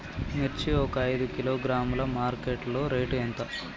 మిర్చి ఒక ఐదు కిలోగ్రాముల మార్కెట్ లో రేటు ఎంత?